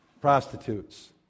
prostitutes